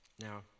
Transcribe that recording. Now